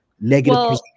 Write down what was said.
negative